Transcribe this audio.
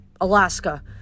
Alaska